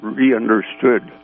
re-understood